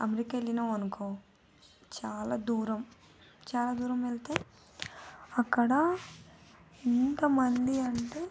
America వెళ్ళినావు అనుకో చాలా దూరం చాలా దూరం వెళ్తే అక్కడ ఎంత మంది అంటే